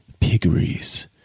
piggeries